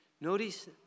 Notice